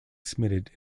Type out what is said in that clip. submitted